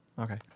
okay